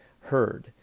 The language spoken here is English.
heard